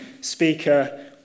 speaker